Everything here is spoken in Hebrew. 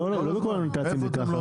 לא כל הנת"צים זה ככה.